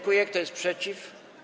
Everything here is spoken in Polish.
Kto jest przeciw?